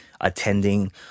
attending